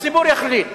הציבור יחליט.